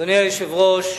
אדוני היושב-ראש,